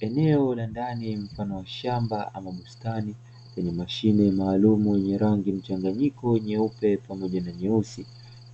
Eneo la ndani mfano wa shamba ama bustani lenye mashine maalumu wenye rangi mchanganyiko, nyeupe pamoja na nyeusi,